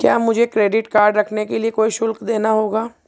क्या मुझे credit card रखने के लिए कोई शुल्क देना होगा?